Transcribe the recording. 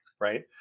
right